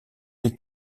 des